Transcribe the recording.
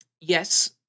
yes